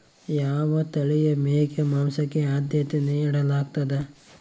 ಯಾವ ತಳಿಯ ಮೇಕೆ ಮಾಂಸಕ್ಕೆ, ಆದ್ಯತೆ ನೇಡಲಾಗ್ತದ?